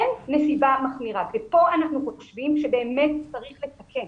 אין נסיבה מחמירה וכאן אנחנו חושבים שבאמת צריך לתקן.